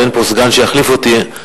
אבל אין פה סגן שיחליף אותי,